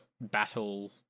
battle